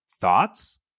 Thoughts